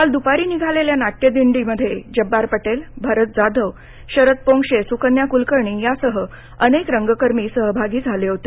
काल द्रपारी निघालेल्या नाट्यदिंडीमध्ये जब्बार पटेल भारत जाधव शरद पोंक्षे स्कन्या क्लकर्णी या सह अनेक रंगकर्मी सहभागी झाले होते